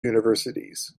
universities